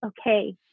okay